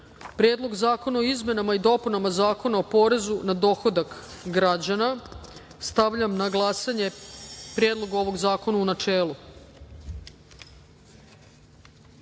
Predlog zakona o izmenama i dopunama Zakona o porezu na dohodak građana. Stavljam na glasanje Predlog zakona u